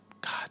God